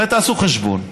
הרי תעשו חשבון.